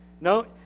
No